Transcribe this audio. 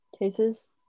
cases